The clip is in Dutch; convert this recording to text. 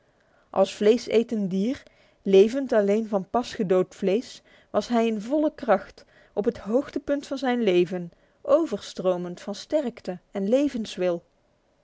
als vleesetend dier levend alleen van pas gedood vlees was hij in volle kracht op het hoogtepunt van zijn leven overstromend van sterkte en levenswil